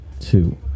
two